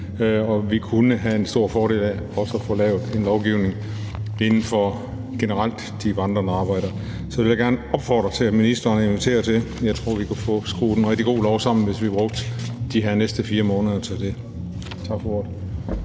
og vi kunne have en stor fordel af også at få lavet en lovgivning generelt om de vandrende arbejdere. Så det vil jeg gerne opfordre til at ministeren inviterer til. Jeg tror, at vi kunne få skruet en rigtig god lov sammen, hvis vi brugte de næste 4 måneder til det. Tak for ordet.